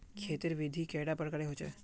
खेत तेर विधि कैडा प्रकारेर होचे?